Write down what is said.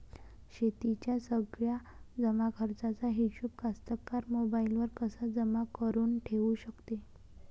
शेतीच्या सगळ्या जमाखर्चाचा हिशोब कास्तकार मोबाईलवर कसा जमा करुन ठेऊ शकते?